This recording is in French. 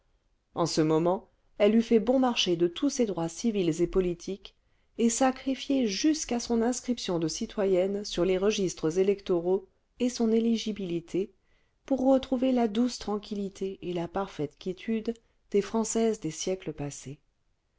en ce moment elle eût fait bon marché de tous ses droits civils et politiques et sacrifié jusqu'à son inscription de citoyenne sur les registres électoraux et son éligibilité pour retrouver la douce tranquillité et la parfaite quiétude des françaises des siècles passés